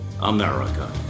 america